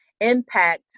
impact